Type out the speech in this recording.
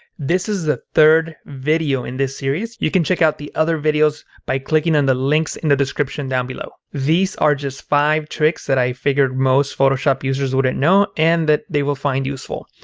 this is the third video in this series. you can check out the other videos by clicking on the links in the description down below. these are just five tricks that i figured most photoshop users wouldn't know and that they will find useful.